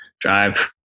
drive